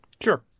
sure